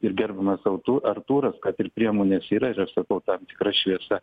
ir gerbdamas artū artūras kad ir priemonės yra ir sakau tam tikra šviesa